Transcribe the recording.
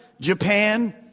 Japan